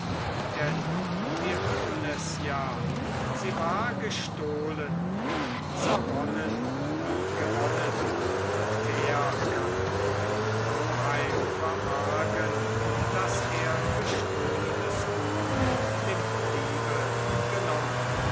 denn wir hören es ja sie war gestohlen zerronnen wie gewonnen und wer kann meinem oheim verargen daß er gestohlenes gut dem diebe genommen